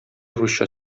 русча